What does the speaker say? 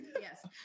Yes